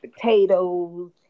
potatoes